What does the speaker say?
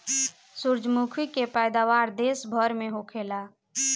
सूरजमुखी के पैदावार देश भर में होखेला